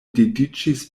dediĉis